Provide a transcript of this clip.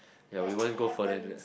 ya we won't go further into it